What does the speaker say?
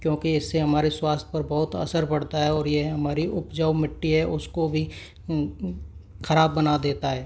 क्योंकि इससे हमारे स्वास्थ्य पर बहुत असर पड़ता है और ये हमारी उपजाऊ मिट्टी है उसको भी खराब बना देता है